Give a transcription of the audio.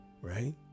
right